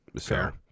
Fair